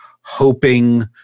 hoping